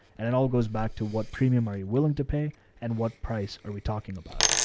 and it all goes back to what premium are you willing to pay and what price are we talking about?